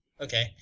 Okay